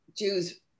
Jews